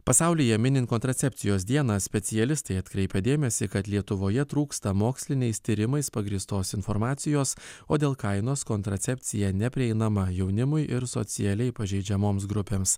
pasaulyje minint kontracepcijos dieną specialistai atkreipia dėmesį kad lietuvoje trūksta moksliniais tyrimais pagrįstos informacijos o dėl kainos kontracepcija neprieinama jaunimui ir socialiai pažeidžiamoms grupėms